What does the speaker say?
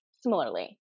similarly